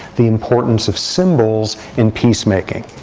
the importance of symbols in peacemaking.